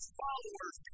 followers